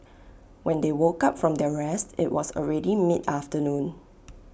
when they woke up from their rest IT was already mid afternoon